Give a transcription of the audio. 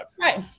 right